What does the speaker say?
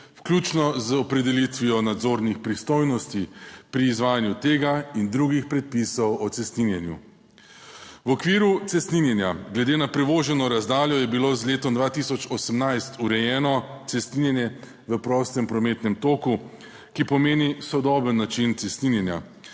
vključno z opredelitvijo nadzornih pristojnosti pri izvajanju tega in drugih predpisov o cestninjenju. V okviru cestninjenja glede na prevoženo razdaljo je bilo z letom 2018 urejeno cestninjenje v prostem prometnem toku, ki pomeni sodoben način cestninjenja,